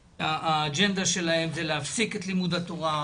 שהאג'נדה שלהם של היא להפסיק את לימוד התורה,